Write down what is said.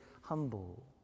humble